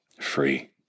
free